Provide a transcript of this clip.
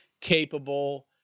capable